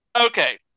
Okay